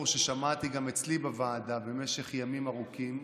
ששמעתי גם אצלי בוועדה במשך ימים ארוכים,